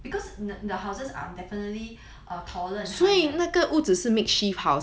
because the the houses are definitely err taller and higher